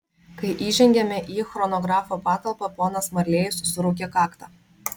kai įžengėme į chronografo patalpą ponas marlėjus suraukė kaktą